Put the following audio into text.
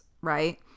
right